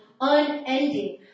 unending